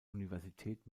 universität